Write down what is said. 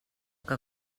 que